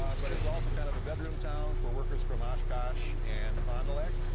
um but it's also kind of a bedroom town for workers from oshkosh and fond du lac.